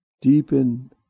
deepen